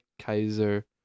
Kaiser